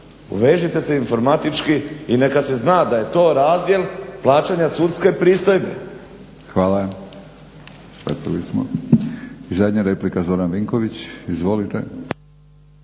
Uvežite se informatički i neka se zna da je to razdjel plaćanja sudske pristojbe. **Batinić, Milorad (HNS)** Hvala. Shvatili smo. I zadnja replika Zoran Vinković, izvolite.